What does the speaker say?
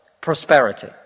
Prosperity